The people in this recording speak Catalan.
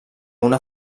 una